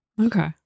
Okay